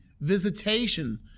visitation